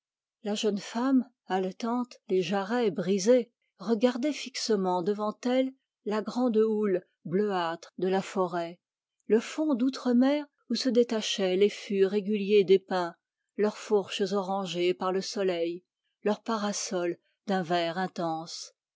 la jeune femme haletante les jarrets brisés regardait fixement devant elle la grande houle bleuâtre de la forêt le fond d'outremer où se détachaient les fûts réguliers des pins leurs fourches orangées par le soleil leurs parasols d'un vert intense